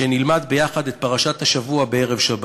שנלמד יחד את פרשת השבוע בערב שבת.